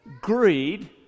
greed